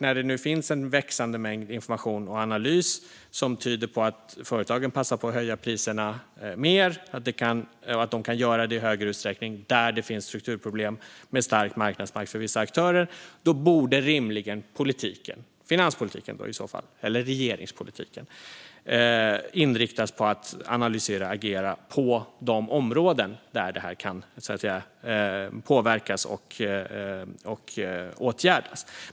När det finns en växande mängd information och analyser som tyder på att företagen passar på att höja priserna mer och kan göra det i större utsträckning där det finns strukturproblem med stark marknadsmakt för vissa aktörer borde rimligen politiken - finanspolitiken eller regeringspolitiken - inriktas på att analysera och agera på de områden där det här kan påverkas och åtgärdas.